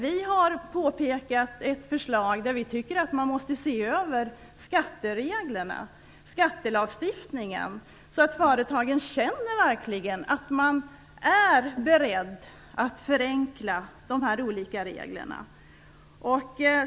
Vi har i ett förslag påpekat att vi tycker att man måste se över skattelagstiftningen så att företagen verkligen känner att man är beredd att förenkla de olika reglerna.